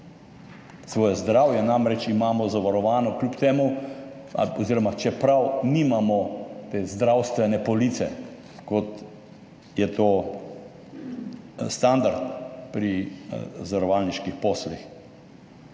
Svoje zdravje imamo namreč zavarovano kljub temu oziroma čeprav nimamo te zdravstvene police, kot je to standard pri zavarovalniških poslih.